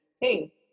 Hey